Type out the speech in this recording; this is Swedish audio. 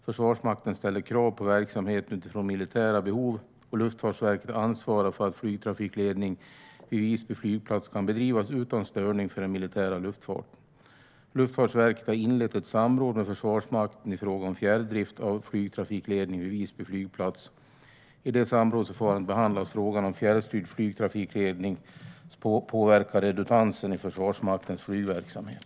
Försvarsmakten ställer krav på verksamheten utifrån militära behov, och Luftfartsverket ansvarar för att flygtrafikledning vid Visby flygplats kan bedrivas utan störning för den militära luftfarten. Luftfartsverket har inlett ett samråd med Försvarsmakten i fråga om fjärrdrift av flygtrafikledningen vid Visby flygplats. I det samrådsförfarandet behandlas frågan om fjärrstyrd flygtrafikledning påverkar redundansen i Försvarsmaktens flygverksamhet.